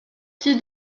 qui